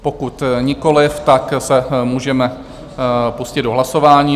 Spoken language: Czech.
Pokud nikoliv, tak se můžeme pustit do hlasování.